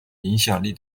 影响力